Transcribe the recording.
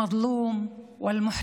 המדוכא והנזקק)